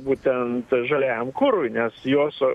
būtent žaliajam kurui nes jos